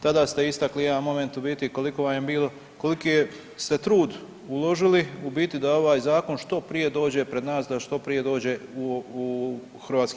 Tada ste istakli jedan moment u biti koliko vam je bilo, koliki ste trud uložili u biti da ovaj zakon što prije dođe pred nas, da što prije dođe u HS.